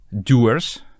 doers